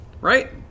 Right